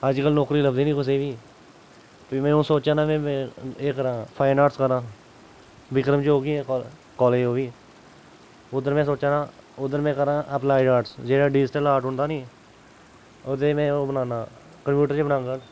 अज्जकल नौकरी लभदी नी कुसै बी फ्ही में हून सोचे ना आं एह् करा फाईन आर्ट्स करां विक्रम चौक ई ऐ कालेज ओह् बी उद्धर में सोचा ना उद्धर में करां अप्लाईड अर्ट्स जेह्ड़ा डिजिटल आर्ट होंदा नी ओह्दे च में ओह् बनानां कम्पयूटर च बनानां